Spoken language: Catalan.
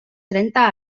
trenta